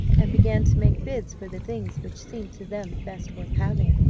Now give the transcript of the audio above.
and began to make bids for the things which seemed to them best worth having.